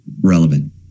relevant